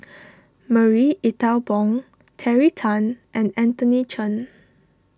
Marie Ethel Bong Terry Tan and Anthony Chen